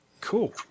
Cool